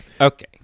Okay